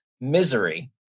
misery